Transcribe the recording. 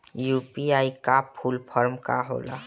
UPI का full form का होला?